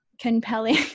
compelling